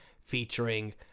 featuring